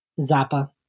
Zappa